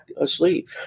asleep